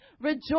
Rejoice